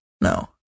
No